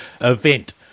event